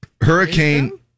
Hurricane